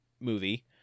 movie